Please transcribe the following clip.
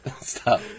Stop